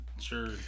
sure